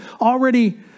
already